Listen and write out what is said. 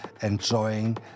enjoying